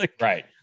Right